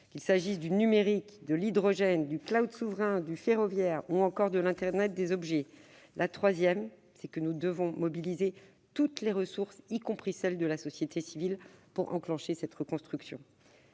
qu'il s'agisse du numérique, de l'hydrogène, du souverain, du ferroviaire ou encore de l'internet des objets. Enfin, nous devrons mobiliser toutes les ressources, y compris celles de la société civile, pour enclencher cette reconstruction.